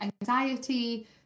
anxiety